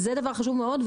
זה דבר חשוב מאוד,